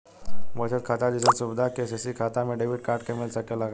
बचत खाता जइसन सुविधा के.सी.सी खाता में डेबिट कार्ड के मिल सकेला का?